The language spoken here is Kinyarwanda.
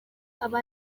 aba